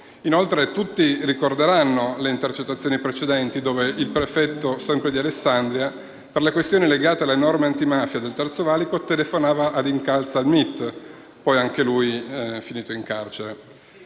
Inoltre, tutti ricordiamo le intercettazioni precedenti, in cui il prefetto, sempre di Alessandria, per le questioni legate alle norme antimafia sul Terzo valico, telefonava ad Incalza al Ministero delle infrastrutture e